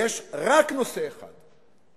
יש רק נושא אחד,